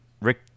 Rick